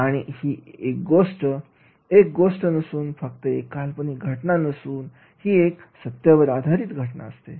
आणि ही फक्त एक गोष्ट नसूनफक्त एक काल्पनिक घटना नसून ही एक सत्य आधारित घटना असते